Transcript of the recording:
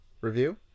review